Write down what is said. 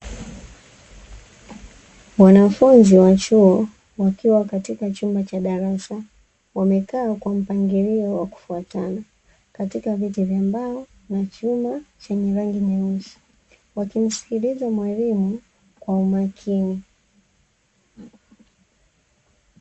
Wanafunzi wa chuo, wakiwa katika chumba cha darasa wamekaa kwa mpangilio wa kufuatana katika viti vya mbao, na chuma chenye rangi nyeusi, wakimsikiliza mwalimu kwa umakini.